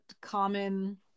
common